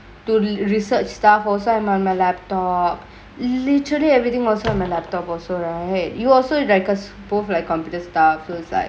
to the research stuff also I'm on my laptop literally everythingk also my laptop also right you also rikers both like computer staff suicide